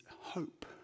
hope